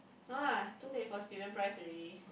no lah too late for student price already